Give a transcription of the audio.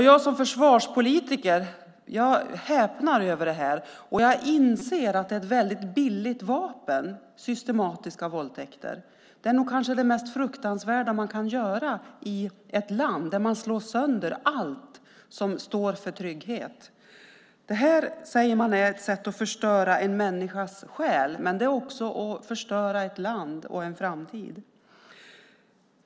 Jag som försvarspolitiker häpnar över detta, och jag inser att systematiska våldtäkter är ett väldigt billigt vapen. Det är kanske det mest fruktansvärda som man kan göra i ett land där man slår sönder allt som står för trygghet. Det sägs att detta är ett sätt att förstöra en människas själ. Men det är också att förstöra ett land och en framtid.